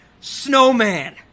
Snowman